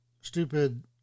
stupid